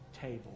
table